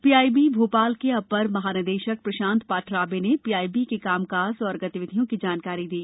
PIB Bhopal के अपर महानिदेशक प्रशांत पाठराबे ने पीआईबी के काम काज और गतिविधियों की जानकारी दी